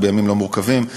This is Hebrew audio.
אנחנו בימים מאוד מורכבים,